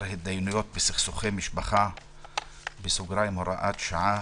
התדיינות בסכסוכי משפחה (הוראת שעה),